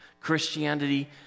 Christianity